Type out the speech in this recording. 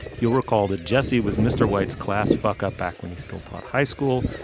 you'll recall that jesse was mr. white's class fuckup back when he still taught high school.